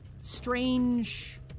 strange